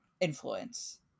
influence